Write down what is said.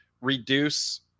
reduce